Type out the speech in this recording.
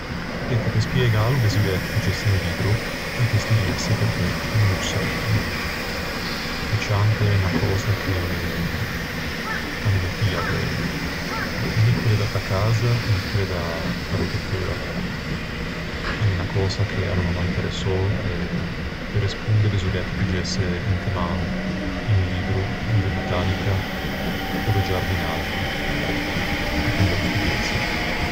Ecco, pe spiegâlo besorriæ che piggesse un libbro e che studiesse perché no ô sò. E ciante en unna cösa che-che a no me tia guæi. Ni quelle da casa ni quelle da mette feua. A l'é unna cösa che a no m'à mai interessou e pe responde besorriæ che piggesse inte man un libbro de botanica ò de giardinaggio e che m'ô studiesse.